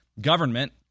government